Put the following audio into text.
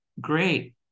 great